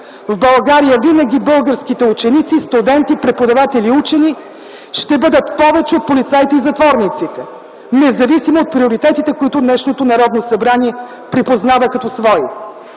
в България винаги българските ученици, студенти, преподаватели и учени ще бъдат повече от полицаите и затворниците, независимо от приоритетите, които днешното Народно събрание припознава като свои.